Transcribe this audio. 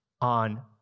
on